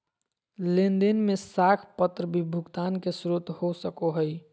लेन देन में साख पत्र भी भुगतान के स्रोत हो सको हइ